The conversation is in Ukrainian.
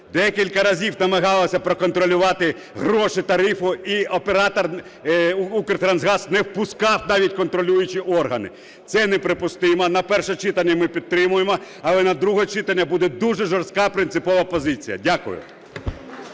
Декілька разів намагалася проконтролювати гроші тарифу і оператор "Укртрансгаз" не впускав навіть контролюючі органи. Це неприпустимо. На перше читання ми підтримаємо, але на друге читання буде дуже жорстка, принципова позиція. Дякую.